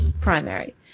primary